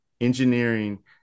engineering